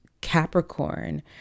Capricorn